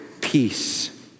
peace